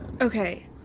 Okay